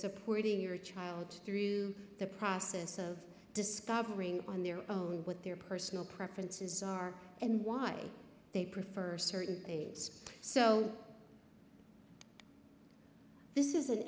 supporting your child through the process of discovering on their own what their personal preferences are and why they prefer certain aides so this is an